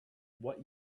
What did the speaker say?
what